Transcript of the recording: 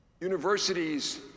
Universities